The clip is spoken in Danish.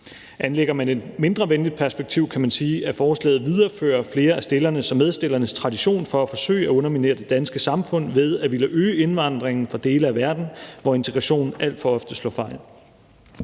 Anlægger man et mindre venligt perspektiv, kan man sige, at forslaget viderefører flere af stillernes og medstillernes tradition for at forsøge at underminere det danske samfund ved at ville øge indvandringen fra dele af verden, hvor integrationen alt for ofte slår fejl.